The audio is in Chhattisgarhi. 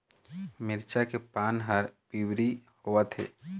मिरचा के पान हर पिवरी होवथे?